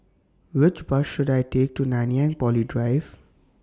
Which Bus should I Take to Nanyang Poly Drive